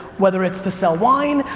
whether it's to sell wine,